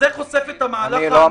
חושף את המהלך האמיתי.